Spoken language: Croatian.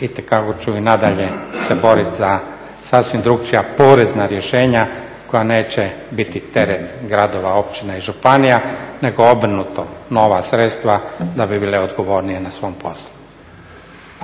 itekako ću i nadalje se boriti za sasvim drukčija porezna rješenja koja neće biti teret gradova, općina i županija, nego obrnuto. Nova sredstva da bi bile odgovornije na svom poslu.